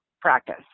practice